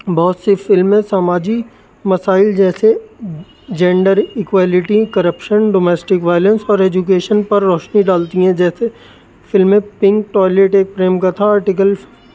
بہت سی فلمیں سماجی مسائل جیسے gender equality corruption domestic violence اور ایجوکیشن پر روشنی ڈالتی ہیں جیسے فلمیں Pink Toilet Ek Prem Katha article